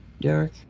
derek